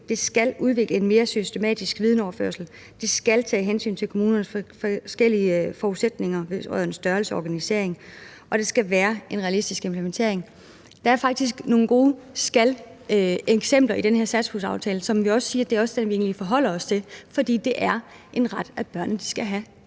skal udvikle en mere systematisk videnoverførsel, skal tage hensyn til kommunernes forskellige forudsætninger, størrelse og organisering, og det skal være en realistisk implementering. Der er faktisk nogle gode »skal«-eksempler i den her satspuljeaftale, og det er også dem, vi egentlig forholder os til, fordi det er en ret, som børnene skal have.